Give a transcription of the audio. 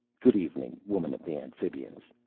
good evening, woman of the amphibians.